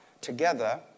together